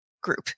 group